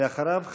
ואחריו,